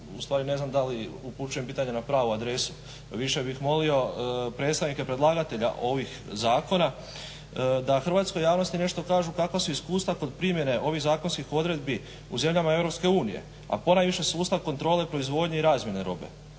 ustvari ne znam da li upućujem pitanje na pravu adresu, više bih molio predstavnika predlagatelja ovih zakona da hrvatskoj javnosti nešto kažu kakva su iskustva kod primjene ovih zakonskih odredbi u zemljama EU, a ponajviše sustav kontrole proizvodnje i razmjene robe.